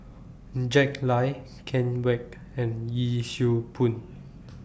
Jack Lai Ken Kwek and Yee Siew Pun